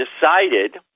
decided